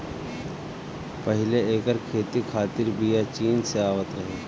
पहिले एकर खेती खातिर बिया चीन से आवत रहे